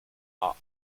are